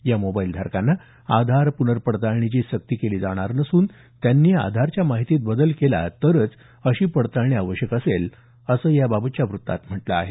या मोबाईल धारकांना आधार पुनर्पडताळणीची सक्ती केली जाणार नसून त्यांनी आधारच्या माहितीत बदल केला तरच अशी पडताळणी आवश्यक असेल असं याबाबतच्या वृत्तात म्हटलं आहे